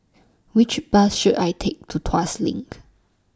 Which Bus should I Take to Tuas LINK